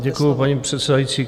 Děkuji, paní předsedající.